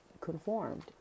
conformed